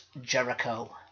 Jericho